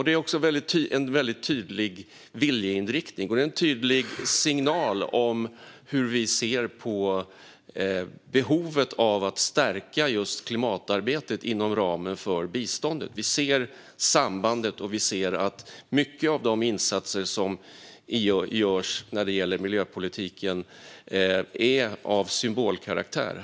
Det är också en tydlig viljeinriktning och en tydlig signal om hur vi ser på behovet av att stärka klimatarbetet inom ramen för biståndet. Vi ser sambandet och vi ser att många av de insatser som görs när det gäller miljöpolitiken är av symbolkaraktär.